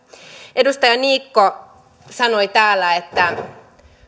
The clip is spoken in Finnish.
edustaja niikko sanoi täällä että